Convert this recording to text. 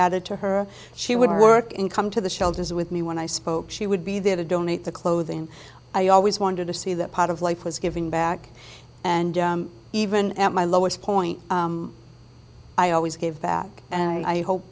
added to her she would work in come to the shelters with me when i spoke she would be there to donate the clothing i always wanted to see that part of life was giving back and even at my lowest point i always give back and i hope